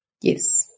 yes